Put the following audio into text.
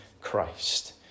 Christ